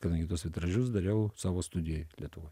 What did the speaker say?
kadangi tuos vitražus dariau savo studijoj lietuvoj